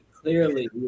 clearly